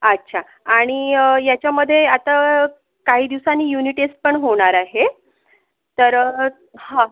अच्छा आणि अं ह्याच्यामधे आता काही दिवसानी युनि टेस्ट पण होणार आहे तर हा